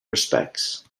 respects